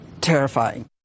terrifying